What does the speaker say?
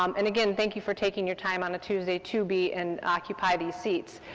um and again, thank you for taking your time on a tuesday to be and occupy these seats.